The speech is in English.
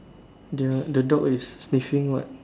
the the dog is sniffing what